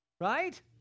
Right